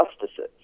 justices